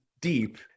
deep